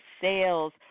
sales